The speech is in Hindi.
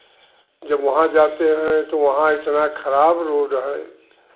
जब वहाँ जाते हैं तो वहाँ इतना खराब रोड है